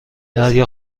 دریا